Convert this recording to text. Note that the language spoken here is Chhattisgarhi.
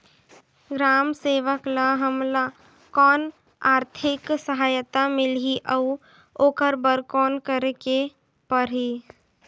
ग्राम सेवक ल हमला कौन आरथिक सहायता मिलही अउ ओकर बर कौन करे के परही?